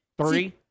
three